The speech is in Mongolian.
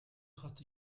хот